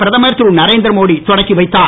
பிரதமர் திருநரேந்திர மோடி தொடக்கிவைத்தார்